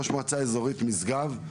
ראש מועצה אזורית משגב,